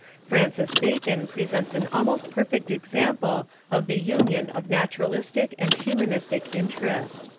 francis bacon presents an almost perfect example of the union of naturalistic and humanistic interest.